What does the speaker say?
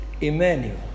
Emmanuel